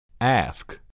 Ask